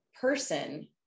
person